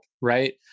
right